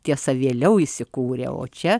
tiesa vėliau įsikūrė o čia